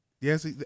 Yes